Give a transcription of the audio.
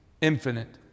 infinite